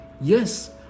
Yes